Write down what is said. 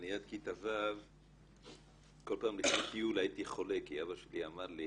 אני עד כיתה ו' כל פעם לפני טיול הייתי חולה כי אבא שלי אמר לי,